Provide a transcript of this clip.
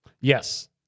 Yes